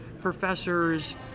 professors